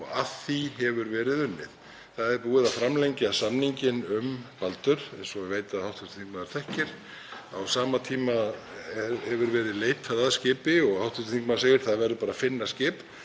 Að því hefur verið unnið. Það er búið að framlengja samninginn um Baldur eins og ég veit að hv. þingmaður þekkir. Á sama tíma hefur verið leitað að skipi. Hv. þingmaður segir: Það verður bara að finna skip.